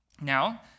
Now